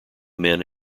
men